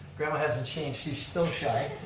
grandma hasn't changed, she's still shy.